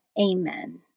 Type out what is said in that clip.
Amen